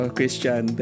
Christian